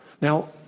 Now